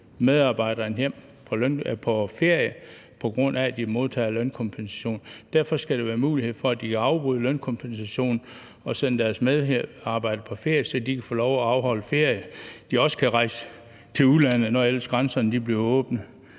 medarbejderne hjem på ferie, på grund af at de modtager lønkompensation. Derfor skal der være mulighed for, at de kan afbryde lønkompensationen og sende deres medarbejdere på ferie, så de kan få lov at afholde ferie og også kan rejse til udlandet, når ellers grænserne bliver åbnet